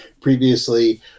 previously